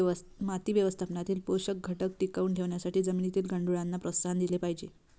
माती व्यवस्थापनातील पोषक घटक टिकवून ठेवण्यासाठी जमिनीत गांडुळांना प्रोत्साहन दिले पाहिजे